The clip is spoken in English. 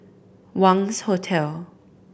Wangz Hotel